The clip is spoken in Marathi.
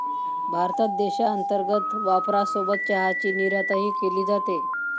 भारतात देशांतर्गत वापरासोबत चहाची निर्यातही केली जाते